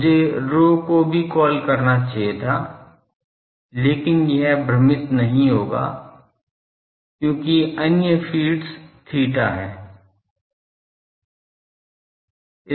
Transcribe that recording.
मुझे ρ को भी कॉल करना चाहिए था लेकिन यह भ्रमित नहीं होगा क्योंकि अन्य फ़ीड्स θ है